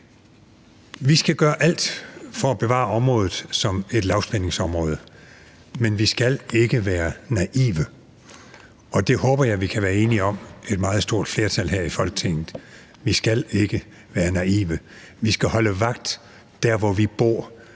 Vi skal gøre alt for at bevare området som et lavspændingsområde, men vi skal ikke være naive, og det håber jeg at vi, et meget stort flertal her i Folketinget, kan være enige om. Vi skal ikke være naive; vi skal holde vagt dér, hvor vi bor,